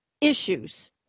issues